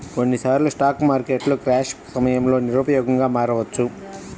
కొన్నిసార్లు స్టాక్ మార్కెట్లు క్రాష్ సమయంలో నిరుపయోగంగా మారవచ్చు